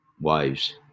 wives